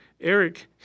Eric